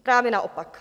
Právě naopak.